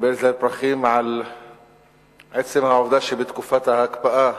קיבל זר פרחים על עצם העובדה שבתקופת ההקפאה